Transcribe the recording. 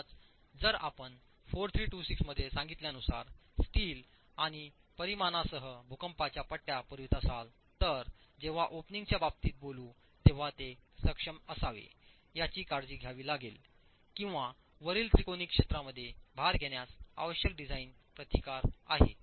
म्हणूनच जर आपण 4326 मध्ये सांगितल्यानुसार स्टील आणि परिमाणांसह भूकंपाच्या पट्ट्या पुरवित असाल तर जेव्हा ओपनिंग च्या बाबतीत बोलू तेव्हा ते हे सक्षम असावे याची काळजी घ्यावी लागेल किंवा वरील त्रिकोणी क्षेत्रामध्ये भार घेण्यास आवश्यक डिझाइन प्रतिकार आहे